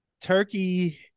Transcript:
Turkey